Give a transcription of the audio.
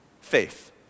faith